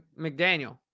McDaniel